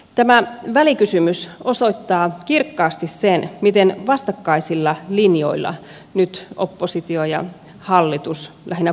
tämä välikysymys osoittaa kirkkaasti sen miten vastakkaisilla linjoilla nyt oppositio ja hallitus lähinnä kokoomus ovat